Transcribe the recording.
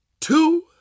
two